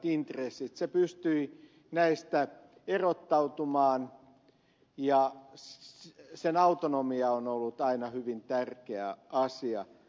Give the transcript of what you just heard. se pystyi näistä erottautumaan ja sen autonomia on ollut aina hyvin tärkeä asia